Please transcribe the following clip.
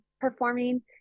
performing